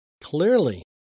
Clearly